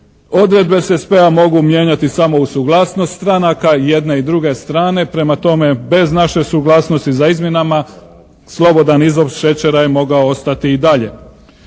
odredbe SSP-a mogu mijenjati samo uz suglasnost stranaka jedne i druge strane, prema tome bez naše suglasnosti za izmjenama slobodan izvoz šećera je mogao ostati i dalje.